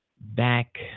back